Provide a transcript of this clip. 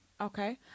okay